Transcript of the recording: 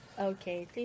Okay